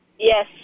Yes